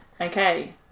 Okay